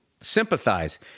sympathize